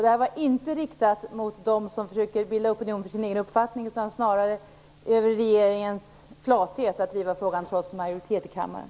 Det här är alltså inte riktat mot dem som försöker bilda opinion för sin egen uppfattning, utan snarare mot regeringen för dess flathet att inte driva frågan trots att det finns en majoritet i kammaren.